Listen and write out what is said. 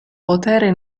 potere